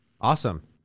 awesome